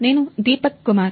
నేను దీపక్ కుమార్